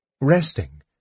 resting